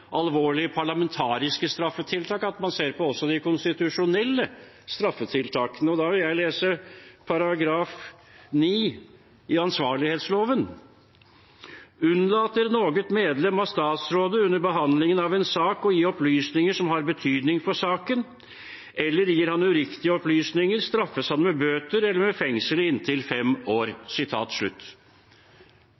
alvorlige parlamentariske straffetiltak – at man også ser på de konstitusjonelle straffetiltakene. Da vil jeg lese § 9 i ansvarlighetsloven: «Undlater noget medlem av Statsrådet under behandlingen av en sak å gi oplysninger som har betydning for saken, eller gir han uriktige oplysninger, straffes han med bøter eller med fengsel inntil 5 år.»